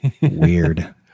weird